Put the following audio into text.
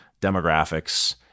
demographics